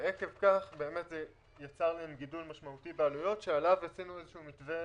ועקב כך זה יצר להם גידול משמעותי בעלויות שעליו עשינו איזה שהוא מתווה